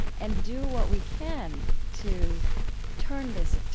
and do what we can to turn this,